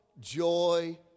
joy